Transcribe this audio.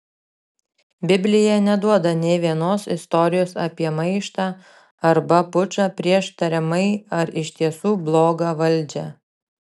biblija neduoda nė vienos istorijos apie maištą arba pučą prieš tariamai ar iš tiesų blogą valdžią